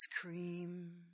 cream